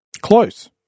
Close